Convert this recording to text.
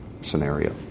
scenario